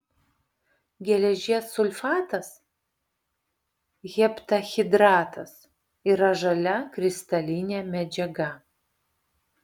geležies sulfatas heptahidratas yra žalia kristalinė medžiaga